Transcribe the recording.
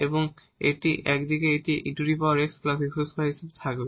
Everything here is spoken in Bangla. এবং এই এক দিকে এটি ex x2 হিসাবে থাকবে